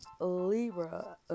Libra